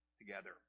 together